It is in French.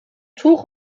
tour